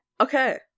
Okay